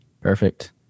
Perfect